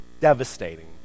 devastating